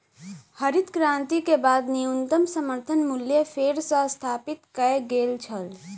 हरित क्रांति के बाद न्यूनतम समर्थन मूल्य फेर सॅ स्थापित कय गेल छल